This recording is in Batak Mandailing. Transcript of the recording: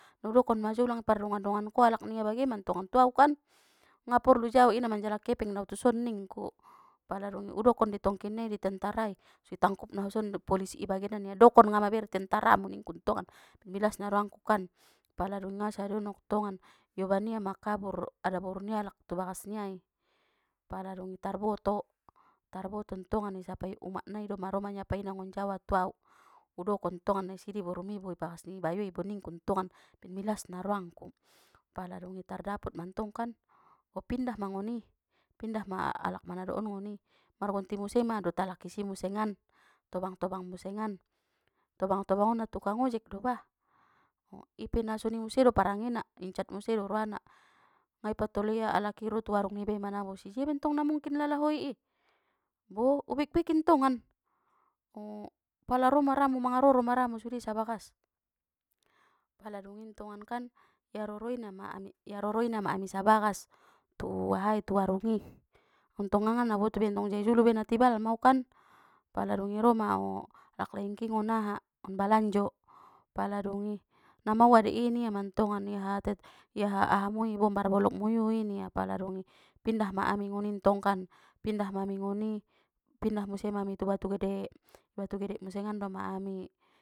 Na udokon ma jo ulang i pardongan-donganko alak ningia bagen mantongan tu au kan, ngaporlu jau i na manjalaki epeng do au tuson ningku, pala dungi udokon dei tongkinnai di tentarai so i tangkup na ho ison dot polisi i bagenan ningia dokon nga mabiar itentaramu ningku ntongan milasna roangku kan pala dungi nga sadia onok tongan ioban ia ma kabur adaboru ni alak tu bagas niai, pala dung tarboto tarboto ntongan isapai umak nai umak nai doma ro manyapai na ngon jawa tu au udokkon tongan na isi dei borumi bo ibagas ni bayoi bo ningku tongan amben milasna roangku, pala dungi tardapot mantong kan bo pindah mangoni pindah ma alak manado on ngoni margonti muse ma dot alak isi musengan tobang-tobang musengan, tobang-tobangon na tukang ojek dobah, ipe na soni muse do parangena incat muse do roana nga ipatola ia alak i ro tu warung nibai manabusi jia mentong na mungkin lalahoi i, bo ubekbekin tongan o pala ro ma ramu mangaroro ma ramu sude sabagas, pala dungi ntongan kan i aroro ina ma ami- iaroro ina ma ami sabagas tu ahai tu warungi untongna ngana uboto be ntong jae julu ba na tibal mau kan, paladungi ro ma o alaklaingki ngon aha ngon balanjo pala dungi na maoa dei i ningia mantongan i aha tet, i aha aha mui bo ombar bolok muyui ningia pala dungi pindah ma ami ngoni ntong kan pindah ma ami ngoni pindah muse ma ami tu batugede i batugede musengan doma ami.